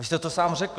Vy jste to sám řekl.